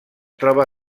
troba